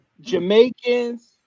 Jamaicans